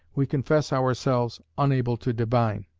we confess ourselves unable to divine.